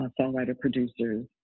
songwriter-producers